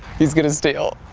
he's gonna steal!